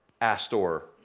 Astor